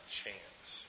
chance